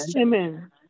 Amen